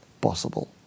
possible